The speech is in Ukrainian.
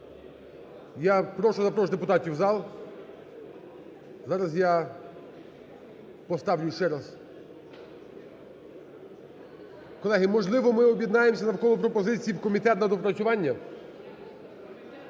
Я прошу запрошувати депутатів в зал. Зараз я поставлю ще раз. Колеги, можливо, ми об'єднаємося навколо пропозиції в комітет на доопрацювання?